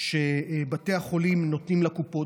שבתי החולים נותנים לקופות,